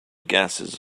gases